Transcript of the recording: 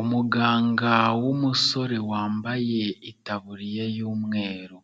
Umuganga w'umusore wambaye itaburiya y'umweru